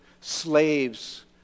slaves